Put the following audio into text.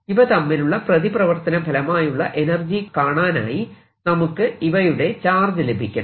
ഇവതമ്മിലുള്ള പ്രതിപ്രവർത്തന ഫലമായുള്ള എനർജി കാണാനായി നമുക്ക് ഇവയുടെ ചാർജ് ലഭിക്കണം